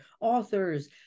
authors